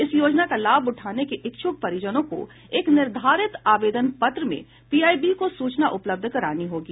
इस योजना का लाभ उठाने के इच्छुक परिजनों को एक निर्धारित आवेदन पत्र में पीआईबी को सूचना उपलब्ध करानी होगी